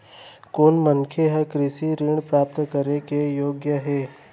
कोन मनखे ह कृषि ऋण प्राप्त करे के योग्य हे?